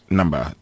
number